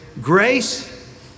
grace